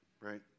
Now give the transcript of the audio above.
right